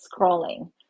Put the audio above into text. scrolling